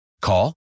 Call